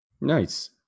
Nice